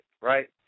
right